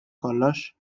kollox